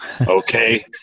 okay